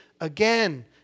again